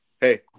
hey